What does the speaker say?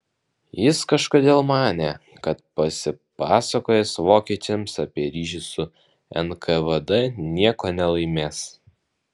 jis kažkodėl manė kad pasipasakojęs vokiečiams apie ryšį su nkvd nieko nelaimės